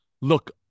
look